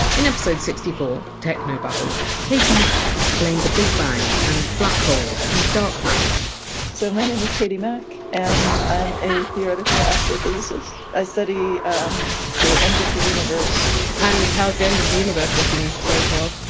in episode sixty four, technobabble, katie mack explained the big bang and black holes and dark matter so my name is katie mack and i am a theoretical astrophysicist. i study um the end of the universe and how's the end of the universe looking so far?